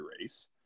race